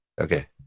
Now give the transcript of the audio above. okay